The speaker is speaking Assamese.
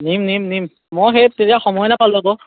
নিম নিম নিম মই সেই তেতিয়া সময় নাপালোঁ আকৌ